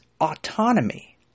autonomy